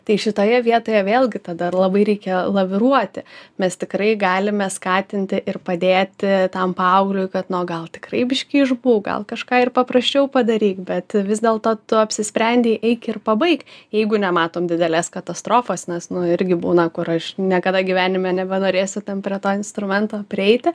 tai šitoje vietoje vėlgi tada labai reikia laviruoti mes tikrai galime skatinti ir padėti tam paaugliui kad nu o gal tikrai biškį išbūk gal kažką ir paprasčiau padaryk bet vis dėl to tu apsisprendei eik ir pabaik jeigu nematom didelės katastrofos nes nu irgi būna kur aš niekada gyvenime nebenorėsiu ten prie to instrumento prieiti